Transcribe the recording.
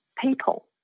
people